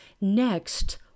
Next